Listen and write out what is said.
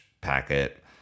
packet